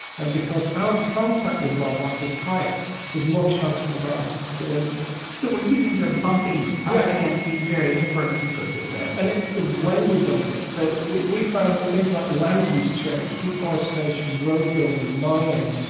and because our contact with wildlife is higher says more chance for the viruses to get into us so we're humans are bumping up against these very diverse ecosystems and it's the way we bump up. so we we found that things like land use, change, deforestation, road-building, mining,